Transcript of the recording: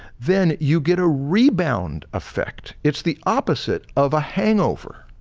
then you get a rebound effect. it's the opposite of a hangover,